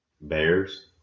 Bears